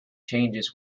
changes